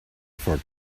for